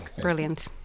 Brilliant